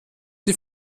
die